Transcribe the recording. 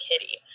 kitty